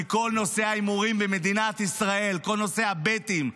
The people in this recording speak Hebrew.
כי כל נושא ההימורים במדינת ישראל, כל נושא הבטים,